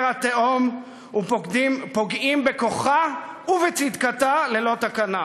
התהום ופוגעים בכוחה ובצדקתה ללא תקנה.